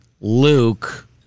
Luke